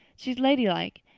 she's ladylike.